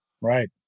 Right